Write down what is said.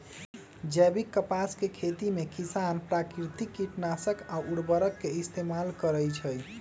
जैविक कपास के खेती में किसान प्राकिरतिक किटनाशक आ उरवरक के इस्तेमाल करई छई